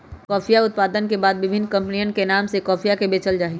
कॉफीया उत्पादन के बाद विभिन्न कमपनी के नाम से कॉफीया के बेचल जाहई